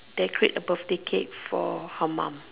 decorate a birthday cake for her mom